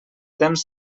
temps